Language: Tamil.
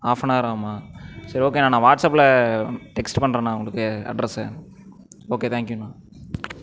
ஆஃப்னவர் ஆகுமா சரி ஓகேண்ணா நான் வாட்ஸப்பில் டெக்ஸ்ட் பண்றேண்ணா உங்களுக்கு அட்ரஸ்ஸு ஓகே தேங்க்யூண்ணா